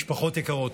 משפחות יקרות,